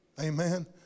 Amen